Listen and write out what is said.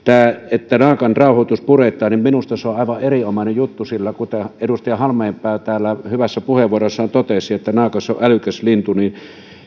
että naakan rauhoitus puretaan on minusta aivan erinomainen juttu sillä kuten edustaja halmeenpää täällä hyvässä puheenvuorossaan totesi naakka on älykäs lintu